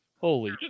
Holy